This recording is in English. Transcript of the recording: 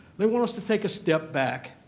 they want us to take a step back,